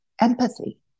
empathy